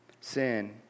sin